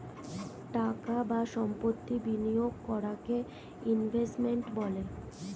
টাকা বা সম্পত্তি বিনিয়োগ করাকে ইনভেস্টমেন্ট বলে